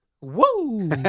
Woo